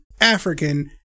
African